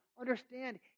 understand